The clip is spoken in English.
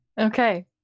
Okay